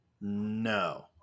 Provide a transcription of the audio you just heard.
No